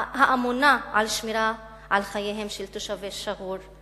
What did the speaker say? האמונה על שמירה על חייהם של תושבי שגור.